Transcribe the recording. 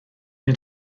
nid